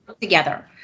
together